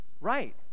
Right